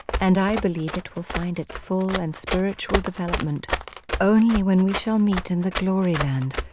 and i believe it will find it full and spiritual development only when we shall meet in the glory land,